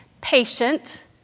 patient